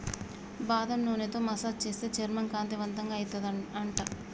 బాదం నూనెతో మసాజ్ చేస్తే చర్మం కాంతివంతంగా అయితది అంట